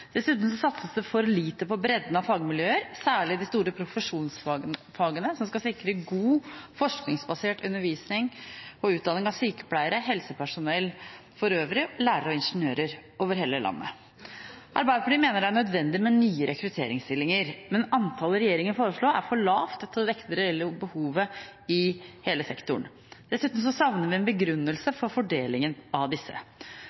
Dessuten satses det for lite på bredden av fagmiljøer, særlig de store profesjonsfagene, som skal sikre god forskningsbasert undervisning og utdanning av sykepleiere, helsepersonell for øvrig, lærere og ingeniører over hele landet. Arbeiderpartiet mener det er nødvendig med nye rekrutteringsstillinger, men antallet regjeringen foreslår, er for lavt til å dekke det reelle behovet i hele sektoren. Dessuten savner vi en begrunnelse for fordelingen av disse. Høyskolene når i liten grad opp i konkurransen om disse